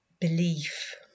belief